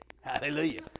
Hallelujah